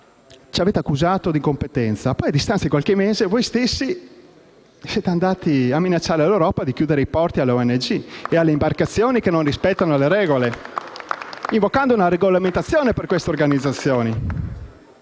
Ci avete accusato di incompetenza e poi, a distanza di qualche mese, voi stessi avete minacciato l'Europa dicendo che avreste chiuso i porti alle ONG e alle imbarcazioni che non rispettano le regole, invocando una regolamentazione per queste organizzazioni.